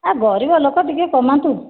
ଅ ଗରିବ ଲୋକ ଟିକେ କମାନ୍ତୁ